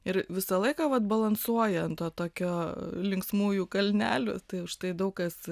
ir visą laiką vat balansuoji ant tokio linksmųjų kalnelių tai užtai daug kas